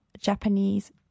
japanese